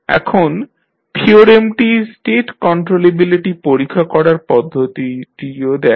এখন থিওরেমটি state controllability পরীক্ষা করার পদ্ধতিটিও দেয়